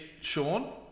Sean